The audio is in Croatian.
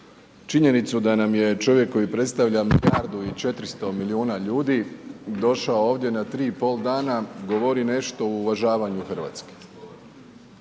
činjenicu da nam je čovjek koji predstavlja milijardu i 400 milijuna ljudi došao ovdje na 3 i pol dana govori nešto o uvažavanju Hrvatske.